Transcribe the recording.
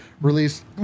release